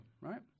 right